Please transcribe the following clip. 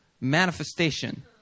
manifestation